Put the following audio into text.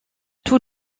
tous